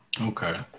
Okay